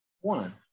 one